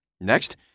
Next